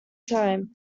time